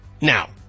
Now